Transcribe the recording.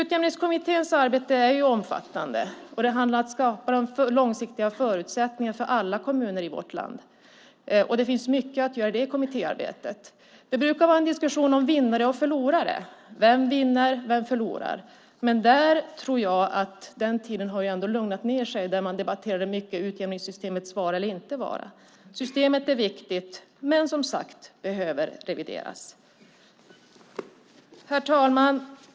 Utjämningskommitténs arbete är omfattande. Det handlar om att skapa de långsiktiga förutsättningarna för alla kommuner i vårt land. Det finns mycket att göra i det kommittéarbetet. Det brukar vara en diskussion om vinnare och förlorare. Vem vinner, vem förlorar? Där tror jag att det ändå lugnat ned sig från den tid då man debatterade utjämningssystemets vara eller inte vara. Systemet är viktigt men behöver som sagt revideras. Herr talman!